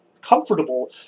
comfortable